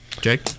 Jake